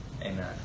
Amen